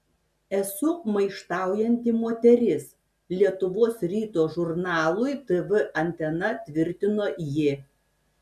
esu maištaujanti moteris lietuvos ryto žurnalui tv antena tvirtino ji